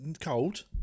cold